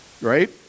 right